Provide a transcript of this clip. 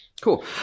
Cool